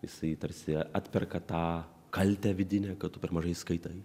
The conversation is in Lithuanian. jisai tarsi atperka tą kaltę vidinę kad tu per mažai skaitai